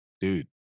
dude